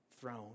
throne